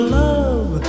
love